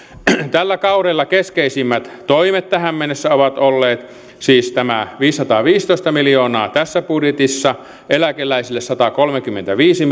tällä kaudella keskeisimmät toimet tähän mennessä ovat olleet siis tämä viisisataaviisitoista miljoonaa tässä budjetissa eläkeläisille satakolmekymmentäviisi